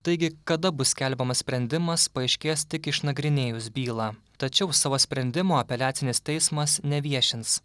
taigi kada bus skelbiamas sprendimas paaiškės tik išnagrinėjus bylą tačiau savo sprendimo apeliacinis teismas neviešins